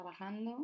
trabajando